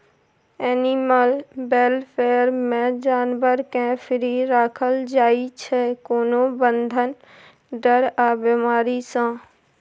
animal welfare मे जानबर केँ फ्री राखल जाइ छै कोनो बंधन, डर आ बेमारी सँ